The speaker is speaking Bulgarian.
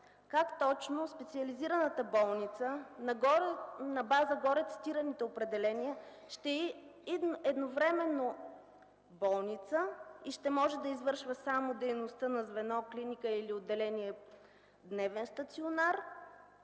как точно специализираната болница на база горе цитираните определения ще е едновременно болница и ще може да извършва само дейността на звено – клиника или отделение, дневен стационар,